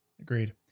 agreed